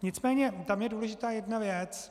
Nicméně tam je důležitá jedna věc.